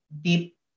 deep